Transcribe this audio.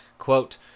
Quote